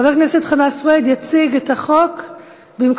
חבר הכנסת חנא סוייד יציג את החוק במקום